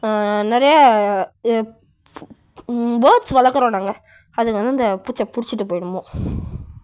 நிறைய பேர்ட்ஸ் வளர்க்குறோம் நாங்கள் அதுங்க வந்து இந்த பூச்சை பிடிச்சிட்டுப் போயிடும்